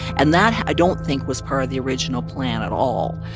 and that i don't think was part of the original plan at all.